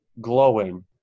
glowing